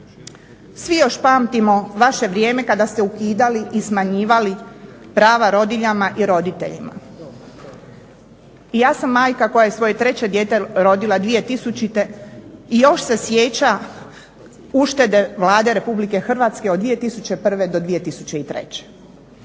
Svi još pamtimo vaše vrijeme kada ste ukidali i smanjivali prava rodiljama i roditeljima. I ja sam majka koja je svoje treće dijete rodila 2000. i još se sjeća uštede Vlade Republike Hrvatske od 2001. do 2003.